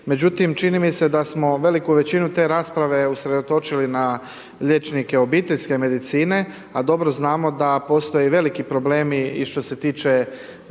međutim čini mi se da smo veliku većinu te rasprave usredotočili na liječnike obiteljske medicine, a dobro znamo da postoje veliki problemi i što se tiče